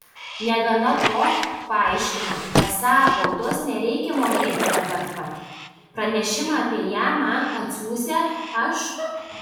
negana to paaiškino esą baudos nereikią mokėti dabar pat pranešimą apie ją man atsiųsią paštu